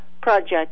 project